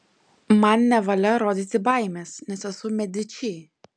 man nevalia rodyti baimės nes esu mediči